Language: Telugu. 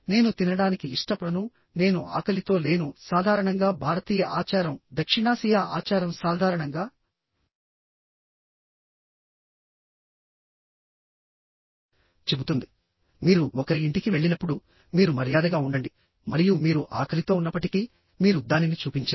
నేను తినడానికి ఇష్టపడను నేను ఆకలితో లేను సాధారణంగా భారతీయ ఆచారం దక్షిణాసియా ఆచారం సాధారణంగా చెబుతుంది మీరు ఒకరి ఇంటికి వెళ్ళినప్పుడు మీరు మర్యాదగా ఉండండి మరియు మీరు ఆకలితో ఉన్నప్పటికీ మీరు దానిని చూపించరు